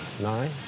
Nine